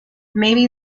maybe